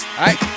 Alright